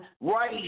right